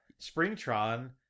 Springtron